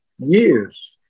years